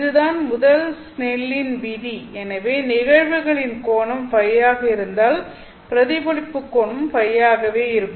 இதுதான் முதல் ஸ்னெல்லின் விதி Snell's Law எனவே நிகழ்வுகளின் கோணம் Ø ஆக இருந்தால் பிரதிபலிப்பு கோணமும் Ø வே இருக்கும்